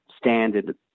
standard